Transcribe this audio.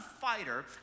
fighter